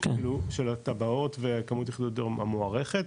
של התב"עות וכמות יחידות דיור המוערכת,